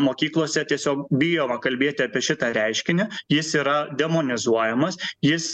mokyklose tiesiog bijoma kalbėti apie šitą reiškinį jis yra demonizuojamas jis